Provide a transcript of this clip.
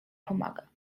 pomaga